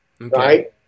Right